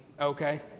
okay